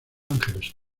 angeles